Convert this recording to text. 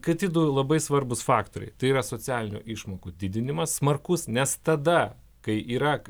kiti du labai svarbūs faktoriai tai yra socialinių išmokų didinimas smarkus nes tada kai yra